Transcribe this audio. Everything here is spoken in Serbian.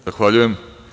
Zahvaljujem.